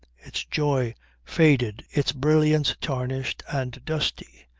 its joy faded, its brilliance tarnished and dusty.